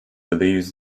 believes